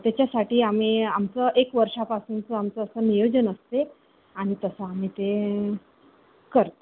त्याच्यासाठी आम्ही आमचं एक वर्षापासूनचं आमचं असं नियोजन असते आणि तसं आम्ही ते करतो